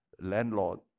landlord